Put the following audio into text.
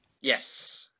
Yes